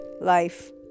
life